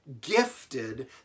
gifted